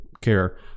care